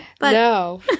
No